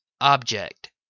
Object